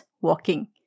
walking